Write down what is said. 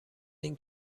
این